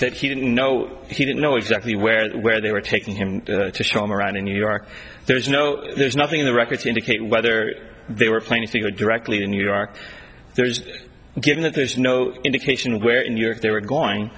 that he didn't know he didn't know exactly where where they were taking him to show him around in new york there's no there's nothing in the record to indicate whether they were planning to go directly to new york there's given that there's no indication of where in new york they were going